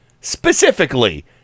Specifically